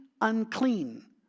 unclean